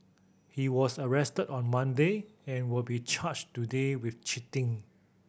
he was arrested on Monday and will be charged today with cheating